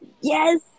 Yes